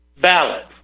ballot